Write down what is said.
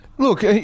Look